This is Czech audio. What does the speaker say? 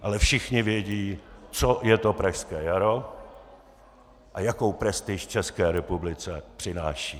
Ale všichni vědí, co je to Pražské jaro a jakou prestiž České republice přináší.